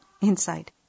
Inside